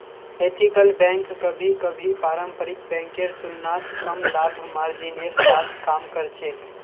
ethical bank कभी कभी पारंपरिक बैंकेर तुलनात कम लाभ मार्जिनेर साथ काम कर छेक